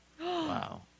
Wow